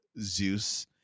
zeus